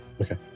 okay